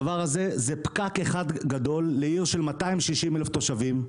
הדבר הזה זה פקק אחד גדול לעיר של 260,000 תושבים,